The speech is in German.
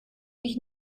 dich